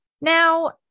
Now